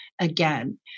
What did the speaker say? again